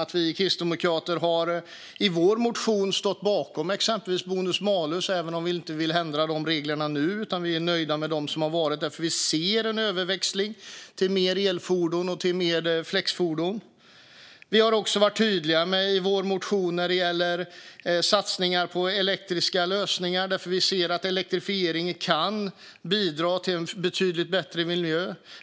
att vi kristdemokrater i vår motion står bakom exempelvis bonus-malus, även om vi inte vill ändra de reglerna nu utan är nöjda med de regler som har varit. Vi ser en överväxling till mer elfordon och flexfordon. Vi har också i vår motion varit tydliga när det gäller satsningar på elektriska lösningar. Vi ser att elektrifiering kan bidra till en betydligt bättre miljö.